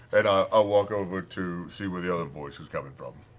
and i ah walk over to see where the other voice is coming from.